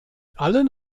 allen